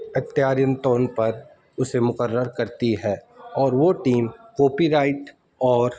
اختیاری طور پر اسے مقرر کرتی ہے اور وہ ٹیم کوپی رائٹ اور